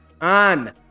on